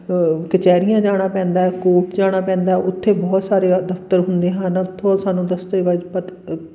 ਕਚਹਿਰੀਆਂ ਜਾਣਾ ਪੈਂਦਾ ਕੋਰਟ ਜਾਣਾ ਪੈਂਦਾ ਉੱਥੇ ਬਹੁਤ ਸਾਰੇ ਅ ਦਫ਼ਤਰ ਹੁੰਦੇ ਹਨ ਉੱਥੋਂ ਸਾਨੂੰ ਦਸਤਾਵੇਜ਼ ਪਤਾ ਅ